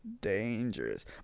dangerous